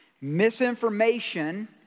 misinformation